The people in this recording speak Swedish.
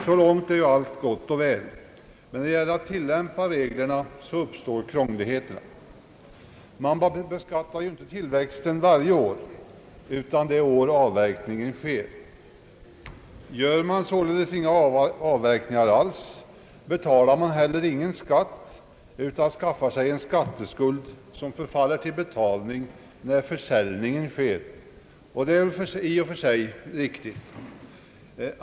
Så långt är allt gott och väl, men när man skall tillämpa reglerna uppstår krångligheterna. Man beskattar ju inte tillväxten varje år, utan det år avverkningar sker. Gör man således inga avverkningar alls, betalar man heller ingen skatt, utan skaffar sig en skatteskuld som förfaller till betalning när försäljningen sker. Det är väl i och för sig riktigt.